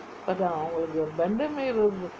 அதா அவுங்களுக்கு:athaa avungalukku bendameer road